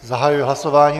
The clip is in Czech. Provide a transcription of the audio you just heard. Zahajuji hlasování.